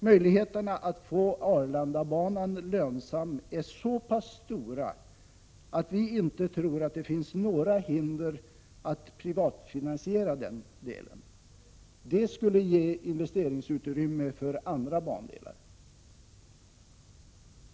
Möjligheterna att få Arlandabanan lönsam är så pass stora att vi inte tror att det finns några hinder att privatfinansiera den delen. Det skulle ge investeringsutrymme för andra bandelar.